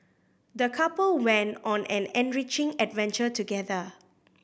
the couple went on an enriching adventure together